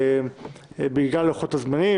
בגלל לוחות הזמנים,